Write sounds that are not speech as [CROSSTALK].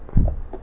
[NOISE]